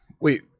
wait